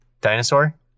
dinosaur